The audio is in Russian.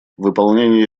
выполнение